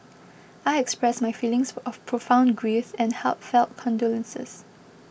I express my feelings of profound grief and heartfelt condolences